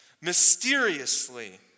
mysteriously